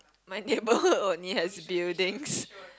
my neighborhood only has buildings